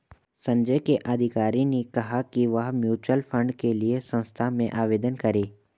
संजय के अधिकारी ने कहा कि वह म्यूच्यूअल फंड के लिए संस्था में आवेदन करें